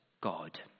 God